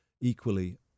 equally